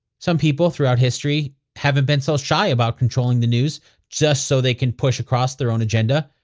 some people throughout history haven't been so shy about controlling the news just so they can push across their own agenda.